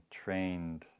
trained